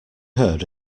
heard